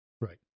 right